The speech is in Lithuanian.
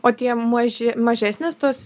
o tie maži mažesnės tos